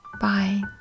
Bye